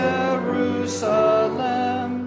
Jerusalem